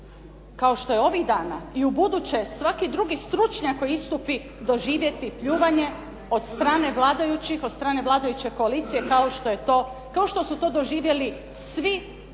kao što je ovih dana i u buduće svaki drugi stručnjak koji istupi doživjeti pljuvanje od strane vladajućih, od strane vladajuće koalicije kao što su to doživjeli svi